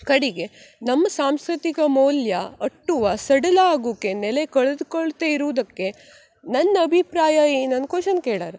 ಕಡೆಗೆ ನಮ್ಮ ಸಾಂಸ್ಕೃತಿಕ ಮೌಲ್ಯ ಅಟ್ಟುವ ಸಡಿಲ ಆಗುಕ್ಕೆ ನೆಲೆ ಕಳ್ದುಕೊಳ್ತಾ ಇರುವುದಕ್ಕೆ ನನ್ನ ಅಭಿಪ್ರಾಯ ಏನಂತ ಕ್ವಷನ್ ಕೇಳಾರ